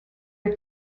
are